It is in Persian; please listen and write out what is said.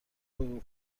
بگو